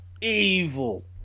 Evil